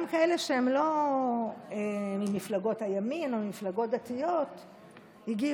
גם כאלה שהם לא ממפלגות הימין או ממפלגות דתיות הגיעו.